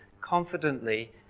confidently